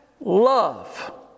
love